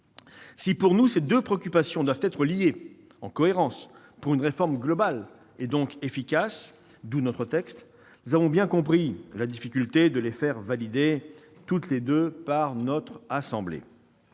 Si, pour nous, ces deux préoccupations doivent être liées pour une réforme globale et efficace- d'où notre texte -, nous avons bien compris la difficulté de les faire valider toutes les deux par notre assemblée.